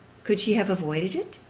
could she have avoided it?